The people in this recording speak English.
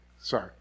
sorry